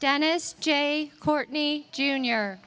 dennis j courtney junior